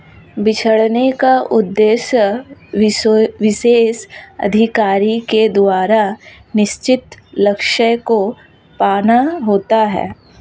बिछड़ने का उद्देश्य विशेष अधिकारी के द्वारा निश्चित लक्ष्य को पाना होता है